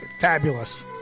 Fabulous